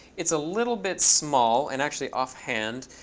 it's a little bit small. and actually, offhand,